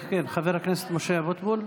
חבר הכנסת משה אבוטבול.